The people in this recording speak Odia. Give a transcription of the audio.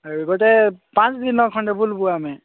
ଆଉ ଗୋଟେ ପାଞ୍ଚ ଦିନ ଖଣ୍ଡେ ବୁଲିବୁ ଆମେ